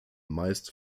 meist